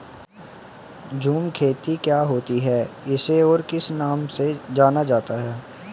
झूम खेती क्या होती है इसे और किस नाम से जाना जाता है?